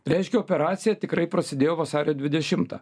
reiškia operacija tikrai prasidėjo vasario dvidešimtą